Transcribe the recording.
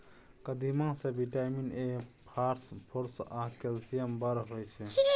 कदीमा मे vitamin A, phosphorus आ कैल्शियम बड़ होइ छै